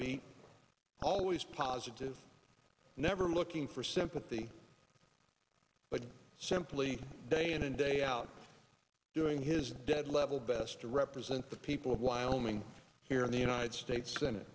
beat always positive never looking for sympathy but simply day in and day out doing his dead level best to represent the people of wyoming here in the united states